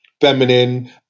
feminine